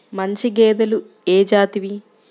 మంచి గేదెలు ఏ జాతివి?